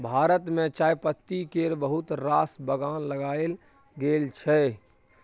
भारत मे चायपत्ती केर बहुत रास बगान लगाएल गेल छै